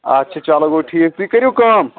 اچھا چلو گوٚو ٹھیٖک تُہۍ کٔرِو کٲم